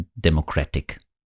democratic